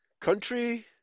Country